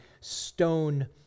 stone